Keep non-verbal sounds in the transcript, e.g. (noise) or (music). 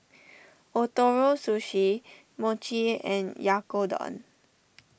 (noise) Ootoro Sushi Mochi and Oyakodon